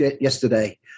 yesterday